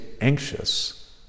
anxious